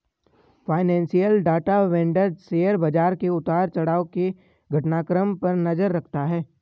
financial data vendor share बाजार के उतार चढ़ाव के घटनाक्रम पर नजर रखता है